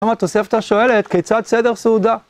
למה התוספתא שואלת, כיצד סדר סעודה?